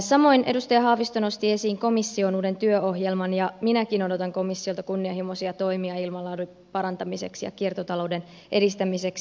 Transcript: samoin edustaja haavisto nosti esiin komission uuden työohjelman ja minäkin odotan komissiolta kunnianhimoisia toimia ilmanlaadun parantamiseksi ja kiertotalouden edistämiseksi